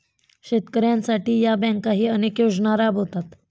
शेतकऱ्यांसाठी या बँकाही अनेक योजना राबवतात